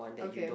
okay